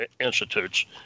institutes